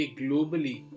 globally